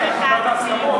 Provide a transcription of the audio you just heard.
רבותי,